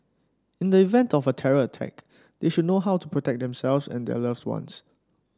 in the event of a terror attack they should know how to protect themselves and their loved ones